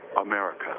America